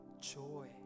joy